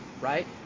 right